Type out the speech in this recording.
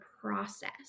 process